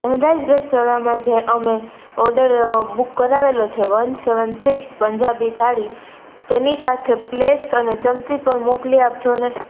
ધનરાજ રેસ્ટોરન્ટમાંથી જે અમે ઓર્ડર બૂક કરાવેલો છે one seven six Punjabi thali તેની સાથે પ્લેટસ અને ચમચી પણ મોકલી આપજો ને